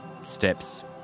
steps